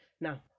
Now